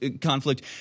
conflict